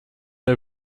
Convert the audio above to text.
der